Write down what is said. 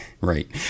Right